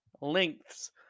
lengths